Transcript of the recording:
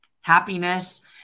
happiness